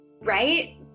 right